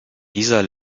dieser